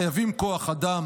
חייבים כוח אדם.